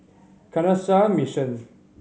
Canossian Mission